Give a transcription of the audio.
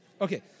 Okay